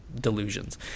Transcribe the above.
delusions